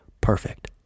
perfect